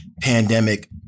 Pandemic